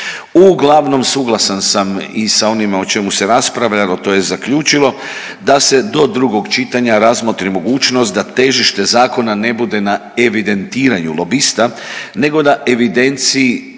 Uglavnom suglasan sam i sa onim o čemu se raspravljalo tj. zaključilo, da se do drugog čitanja razmotri mogućnost da težište zakona ne bude na evidentiranju lobista nego da evidenciji